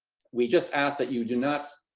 we just ask that you do not